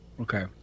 Okay